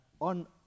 on